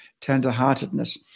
tenderheartedness